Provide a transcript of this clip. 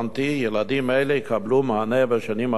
ילדים אלה יקבלו מענה בשנים הבאות